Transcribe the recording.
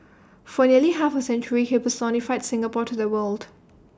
for nearly half A century he personified Singapore to the world